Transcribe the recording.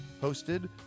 Hosted